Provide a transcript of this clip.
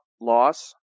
loss